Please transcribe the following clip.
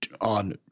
on